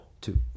two